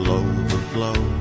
overflow